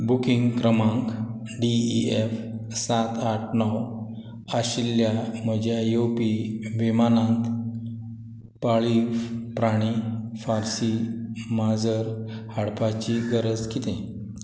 booking क्रमांक D F सात आठ णव आशिल्ल्या म्हज्या येवपी विमानांत पाळीव प्राणी फारसी माजर हाडपाची गरज कितें